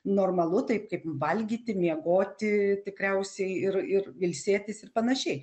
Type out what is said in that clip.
normalu taip kaip valgyti miegoti tikriausiai ir ir ilsėtis ir panašiai